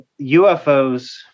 UFOs